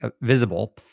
visible